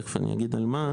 תכף אני אגיד על מה.